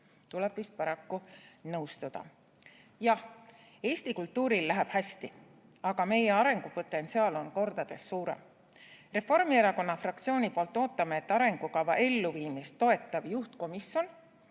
Tuleb vist paraku nõustuda. Jah, Eesti kultuuril läheb hästi, aga meie arengupotentsiaal on kordades suurem. Reformierakonna fraktsioon ootab, et arengukava elluviimist toetav juhtkomisjon